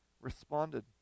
responded